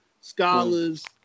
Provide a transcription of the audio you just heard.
scholars